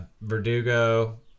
Verdugo